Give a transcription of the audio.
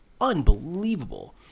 unbelievable